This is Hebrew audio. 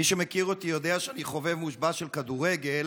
מי שמכיר אותי יודע שאני חובב מושבע של כדורגל,